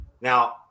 now